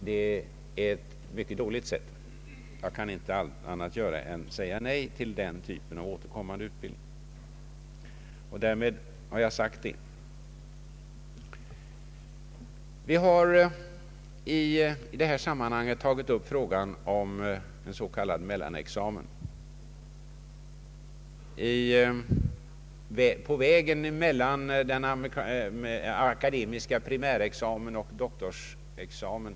Det är ett mycket dåligt sätt, och jag kan inte annat än säga nej till den typen av återkommande utbildning. Vi har i det här sammanhanget tagit upp frågan om en s.k. mellanexamen på vägen mellan den akademiska primärexamen och doktorsexamen.